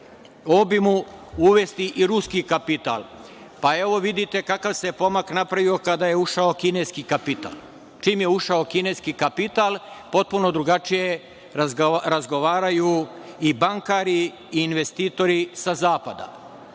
obimu uvesti i ruski kapital. Pa, evo, vidite kakav se pomak napravio kada je ušao kineski kapital. Čim je ušao kineski kapital potpuno drugačije razgovaraju i bankari i investitori sa zapada.